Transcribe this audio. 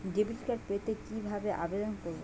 Debit card পেতে কি ভাবে আবেদন করব?